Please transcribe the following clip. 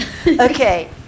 Okay